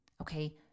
Okay